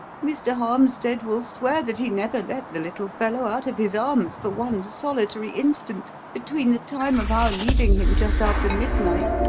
mr. harmstead will swear that he never let the little fellow out of his arms for one solitary instant between the time of our leaving him just after midnight,